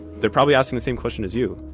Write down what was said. they're probably asking the same question as you.